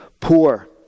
poor